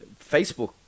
Facebook